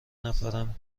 نفرم